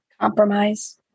Compromise